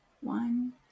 one